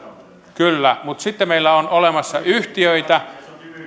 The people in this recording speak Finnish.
kyllä mutta sitten meillä on olemassa yhtiöitä